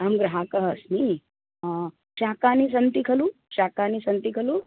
अहं ग्राहकः अस्मि शाकानि सन्ति खलु शाकानि सन्ति खलु